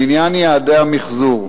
לעניין יעדי המיחזור,